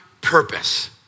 purpose